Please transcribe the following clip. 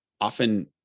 Often